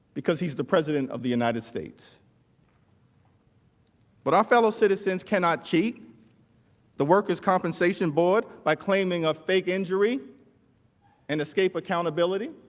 because he's the president of the united states but a fellow citizens cannot keep the workers' compensation board by claiming a fake injury and escape accountability